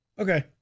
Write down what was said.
Okay